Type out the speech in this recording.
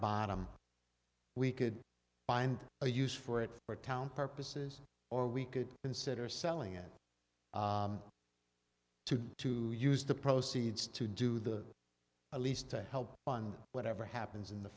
bottom we could find a use for it or town purposes or we could consider selling it to to use the proceeds to do the least to help fund whatever happens in the